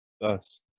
Thus